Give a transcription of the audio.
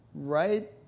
Right